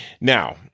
now